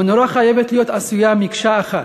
המנורה חייבת להיות עשויה מקשה אחת,